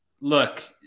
look